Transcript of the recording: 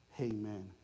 Amen